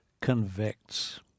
convicts